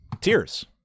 tears